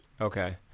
Okay